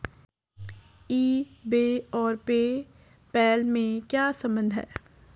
ई बे और PayPal में क्या संबंध है?